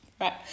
right